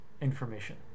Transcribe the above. information